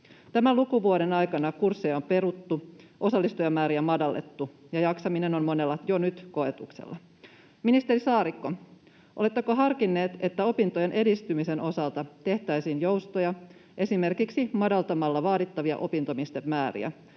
Tämän lukuvuoden aikana kursseja on peruttu, osallistujamääriä madallettu, ja jaksaminen on monella jo nyt koetuksella. Ministeri Saarikko, oletteko harkinneet, että opintojen edistymisen osalta tehtäisiin joustoja esimerkiksi madaltamalla vaadittavia opintopistemääriä?